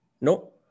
No